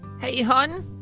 hey hon.